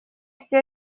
все